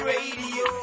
Radio